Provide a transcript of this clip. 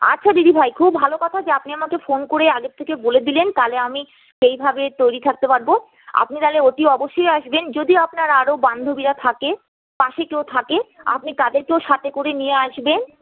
আচ্ছা দিদিভাই খুব ভালো কথা যে আপনি আমাকে ফোন করে আগের থেকে বলে দিলেন তাহলে আমি সেইভাবে তৈরি থাকতে পারবো আপনি তাহলে অতি অবশ্যই আসবেন যদি আপনার আরও বান্ধবীরা থাকে পাশে কেউ থাকে আপনি তাদেরকেও সাথে করে নিয়ে আসবেন